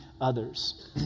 others